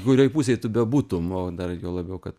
kurioj pusėj tu bebūtum o dar juo labiau kad